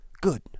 Good